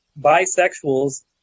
bisexuals